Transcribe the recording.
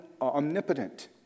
omnipotent